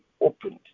opened